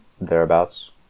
thereabouts